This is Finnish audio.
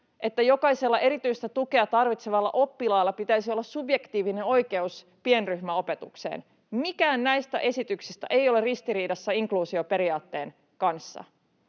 että jokaisella erityistä tukea tarvitsevalla oppilaalla pitäisi olla subjektiivinen oikeus pienryhmäopetukseen. Mikään näistä esityksistä ei ole ristiriidassa inkluusioperiaatteen kanssa.